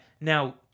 Now